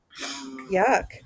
Yuck